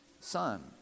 Son